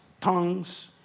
tongues